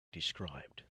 described